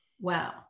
wow